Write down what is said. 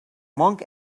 monk